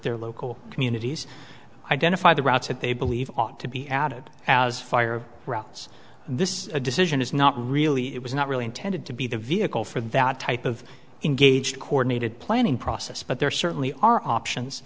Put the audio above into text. their local communities identify the routes that they believe ought to be added as fire rockets this is a decision is not really it was not really intended to be the vehicle for that type of engaged coordinated planning process but there certainly are